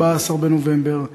14 בנובמבר,